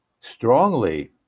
strongly